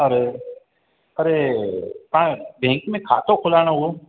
अरे अरे तव्हां बैंक में खातो खुलाइणो हुयो